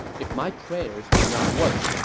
if my prayers do not work,